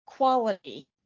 quality